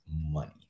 money